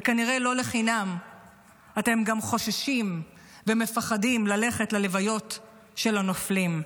וכנראה לא לחינם אתם גם חוששים ומפחדים ללכת ללוויות של הנופלים,